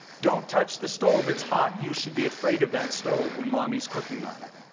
don't touch the stove, it's hot. you should be afraid of that stove when mommy's cooking on it.